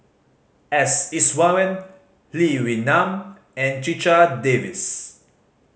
S Iswaran Lee Wee Nam and Checha Davies